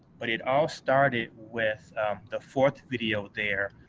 but it all started with the fourth video there,